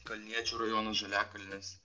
kalniečių rajonas žaliakalnis